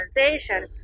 organization